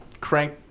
crank